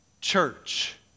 Church